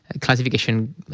classification